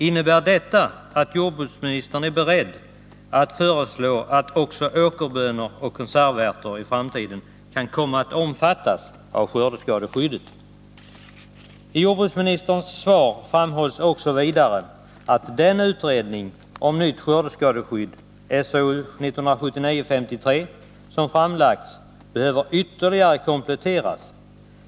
Innebär detta att jordbruksministern är beredd att föreslå att också åkerbönor och konservärter i framtiden kan komma att omfattas av skördeskadeskyddet? I jordbruksministerns svar framhålls vidare att den utredning om nytt skördeskadeskydd som framlagts behöver ytterligare kompletteras.